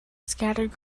scattered